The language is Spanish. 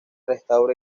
restaura